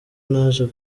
naje